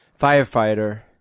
Firefighter